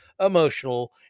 emotional